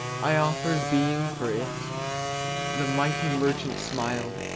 i offered being for it the mighty merchant smiled.